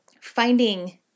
finding